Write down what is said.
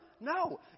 No